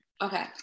Okay